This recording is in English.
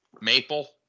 Maple